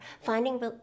finding